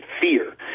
fear